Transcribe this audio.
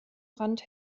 rand